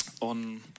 on